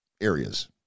areas